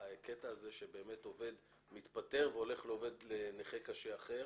הקטע הזה שבאמת עובד מתפטר והולך לנכה קשה אחר,